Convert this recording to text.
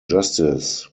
justice